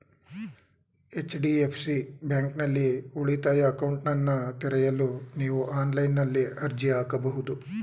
HDFC ಬ್ಯಾಂಕ್ನಲ್ಲಿ ಉಳಿತಾಯ ಅಕೌಂಟ್ನನ್ನ ತೆರೆಯಲು ನೀವು ಆನ್ಲೈನ್ನಲ್ಲಿ ಅರ್ಜಿ ಹಾಕಬಹುದು